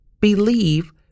believe